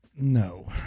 No